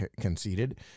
conceded